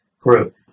group